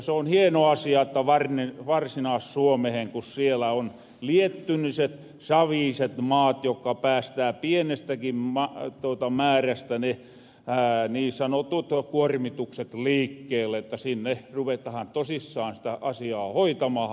se on hieno asia että varsinaas suomessa kun siellä on liettynehet saviset maat jokka päästää pienestäkin määrästä ne niin sanotut kuormitukset liikkeelle ruvetahan tosissaan sitä asiaa hoitamaha